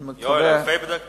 יואל, אלפי דפי פרוטוקולים?